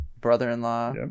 brother-in-law